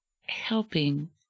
helping